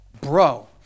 Bro